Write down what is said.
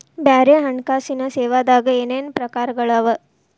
ಬ್ಯಾರೆ ಹಣ್ಕಾಸಿನ್ ಸೇವಾದಾಗ ಏನೇನ್ ಪ್ರಕಾರ್ಗಳವ?